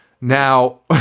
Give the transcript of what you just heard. Now